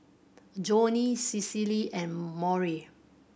Joni Cicely and Maury